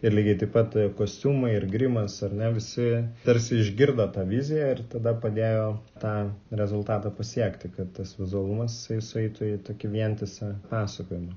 ir lygiai taip pat kostiumai ir grimas ar ne visi tarsi išgirdo tą viziją ir tada padėjo tą rezultatą pasiekti kad tas vizualumas jis eitų į tokį vientisą pasakojimą